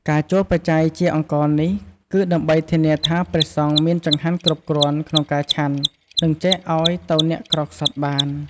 ការចូលបច្ច័យជាអង្ករនេះ គឺដើម្បីធានាថាព្រះសង្ឃមានចង្ហាន់គ្រប់គ្រាន់ក្នុងការឆាន់ និងចែកអោយទៅអ្នកក្រខ្សត់បាន។